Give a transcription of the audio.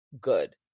good